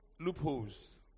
loopholes